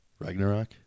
Ragnarok